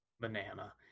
Banana